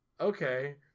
okay